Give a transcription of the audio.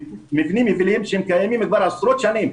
מבנים יבילים שהם קיימים כבר עשרות שנים.